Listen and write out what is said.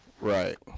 Right